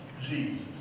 Jesus